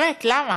באמת, למה?